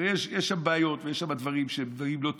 הרי יש שם בעיות ויש שם דברים לא טובים,